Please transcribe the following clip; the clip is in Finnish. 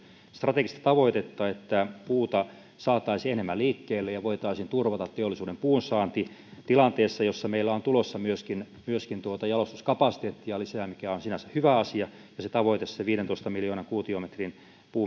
strategista tavoitetta että puuta saataisiin enemmän liikkeelle ja voitaisiin turvata teollisuuden puunsaanti tilanteessa jossa meillä on tulossa myöskin myöskin jalostuskapasiteettia lisää mikä on sinänsä hyvä asia ja sitä että se tavoite viidentoista miljoonan kuutiometrin